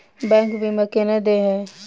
Bank बीमा केना देय है?